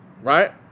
right